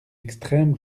extrême